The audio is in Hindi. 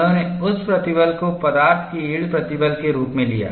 उन्होंने उस प्रतिबल को पदार्थ के यील्ड प्रतिबल के रूप में लिया